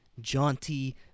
jaunty